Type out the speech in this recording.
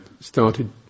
started